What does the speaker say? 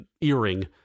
earring